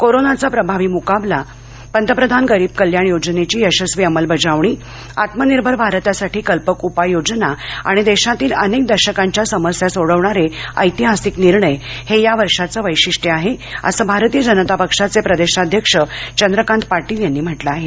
कोरोनाचा प्रभावी मुकाबला पंतप्रधान गरीब कल्याण योजनेची यशस्वी अंमलबजावणी आत्मनिर्भर भारतासाठी कल्पक उपाययोजना आणि देशातील अनेक दशकांच्या समस्या सोडवणारे ऐतिहासिक निर्णय हे या वर्षाचे वैशिष्ट्य आहे असं भारतीय जनता पक्षाचे प्रदेशाध्यक्ष चंद्रकांत पाटील यांनी म्हटलं आहे